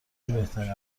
بهترین